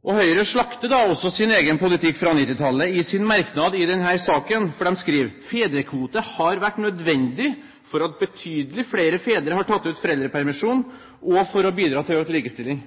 Høyre slakter da også sin egen politikk fra 1990-tallet i sin merknad i denne saken, for de skriver at «fedrekvoten har vært nødvendig for at betydelig flere fedre har tatt ut foreldrepermisjon, og for å bidra til økt likestilling